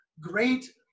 great